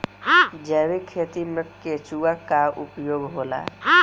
जैविक खेती मे केचुआ का उपयोग होला?